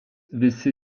visi